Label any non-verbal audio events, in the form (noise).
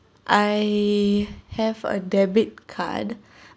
I have a debit card (breath)